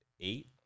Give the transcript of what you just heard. eight